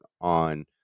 on